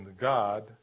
God